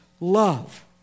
love